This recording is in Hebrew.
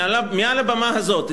מעל הבמה הזאת,